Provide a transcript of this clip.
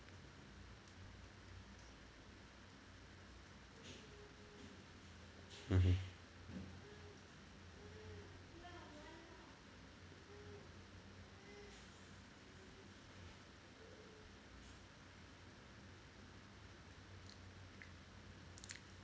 mmhmm